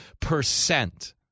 percent